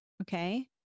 okay